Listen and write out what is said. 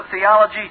theology